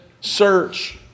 search